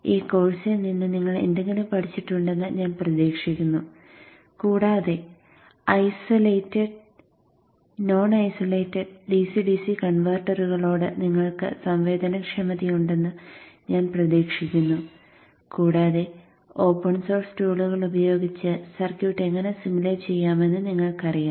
ഈ കോഴ്സിൽ നിന്ന് നിങ്ങൾ എന്തെങ്കിലും പഠിച്ചിട്ടുണ്ടെന്ന് ഞാൻ പ്രതീക്ഷിക്കുന്നു കൂടാതെ isolated non isolated DC DC കൺവെർട്ടറുകളോട് നിങ്ങൾക്ക് സംവേദനക്ഷമതയുണ്ടെന്ന് ഞാൻ പ്രതീക്ഷിക്കുന്നു കൂടാതെ ഓപ്പൺ സോഴ്സ് ടൂളുകൾ ഉപയോഗിച്ച് സർക്യൂട്ട് എങ്ങനെ സിമുലേറ്റ് ചെയ്യാമെന്ന് നിങ്ങൾക്കറിയാം